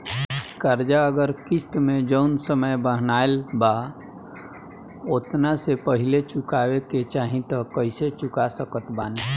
कर्जा अगर किश्त मे जऊन समय बनहाएल बा ओतना से पहिले चुकावे के चाहीं त कइसे चुका सकत बानी?